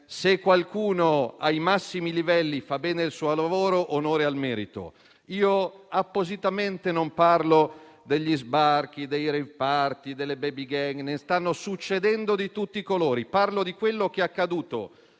se qualcuno ai massimi livelli fa bene il suo lavoro, onore al merito. Appositamente non parlo degli sbarchi, dei rimpatri, delle *baby gang*: ne stanno succedendo di tutti i colori. Parlo di quello che è accaduto